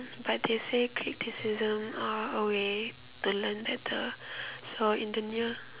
but they say quick decision or a way to learn better so in the near